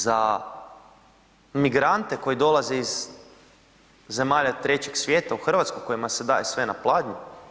Za migrante koji dolaze iz zemalja trećeg svijeta u RH kojima se daje sve na pladnju?